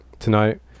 tonight